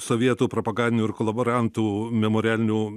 sovietų propagandinių ir kolaborantų memorialinių